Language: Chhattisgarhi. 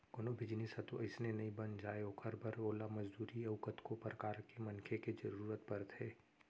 कोनो भी जिनिस ह तो अइसने नइ बन जाय ओखर बर ओला मजदूरी अउ कतको परकार के मनखे के जरुरत परथे